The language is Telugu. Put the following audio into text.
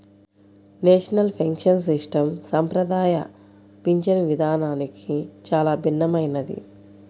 నేషనల్ పెన్షన్ సిస్టం సంప్రదాయ పింఛను విధానానికి చాలా భిన్నమైనది